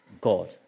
God